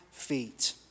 Feet